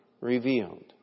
revealed